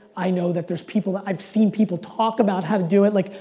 i know that there's people, i've seen people talk about how to do it. like,